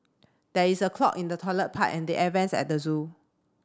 there is a clog in the toilet pipe and the air vents at the zoo